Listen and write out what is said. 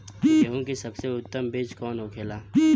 गेहूँ की सबसे उत्तम बीज कौन होखेला?